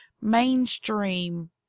mainstream